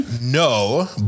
no